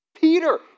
Peter